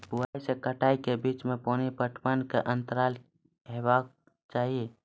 बुआई से कटाई के बीच मे पानि पटबनक अन्तराल की हेबाक चाही?